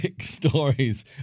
stories